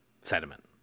sediment